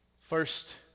First